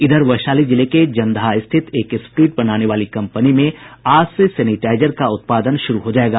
इधर वैशाली के जंदाहा स्थित एक स्प्रीट बनाने वाली कंपनी में आज से सेनिटाइजर का उत्पादन शुरू हो जायेगा